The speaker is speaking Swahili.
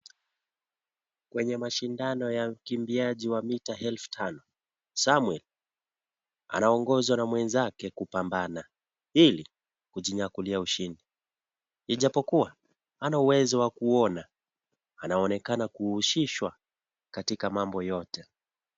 Kwenye mashindino ya ukimbiaji wa mita elfu tano, Samuel, anaongozwa na mwenzake kupambana ili kujinyakulia ushindi. Ijapokua, hana uwezo wa kuona, anaonekana kuhusishwa katika mambo yote.